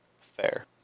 Fair